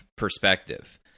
perspective